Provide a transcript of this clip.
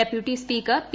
deputy speaker P